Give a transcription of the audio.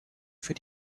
für